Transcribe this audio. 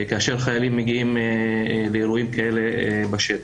כאשר חיילים מגיעים לאירועים כאלה בשטח.